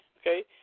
Okay